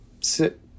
sit